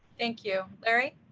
thank you. larry?